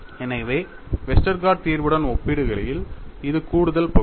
எனவே வெஸ்டர்கார்ட் தீர்வுடன் ஒப்பிடுகையில் இது கூடுதல் பகுதி